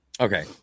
Okay